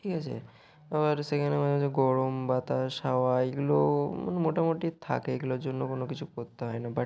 ঠিক আছে আবার সেখানে মাঝে মাঝে গরম বাতাস হাওয়া এগুলো মানে মোটামুটি থাকে এগুলোর জন্য কোনো কিছু করতে হয় না বাট